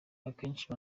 akenshi